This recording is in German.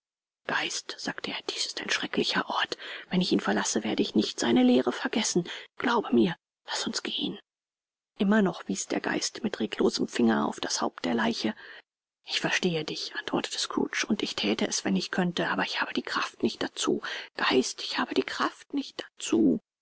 geist sagte er dies ist ein schrecklicher ort wenn ich ihn verlasse werde ich nicht seine lehre vergessen glaube mir laß uns gehen immer noch wies der geist mit reglosem finger auf das haupt der leiche ich verstehe dich antwortete scrooge und ich thäte es wenn ich könnte aber ich habe die kraft nicht dazu geist ich habe die kraft nicht dazu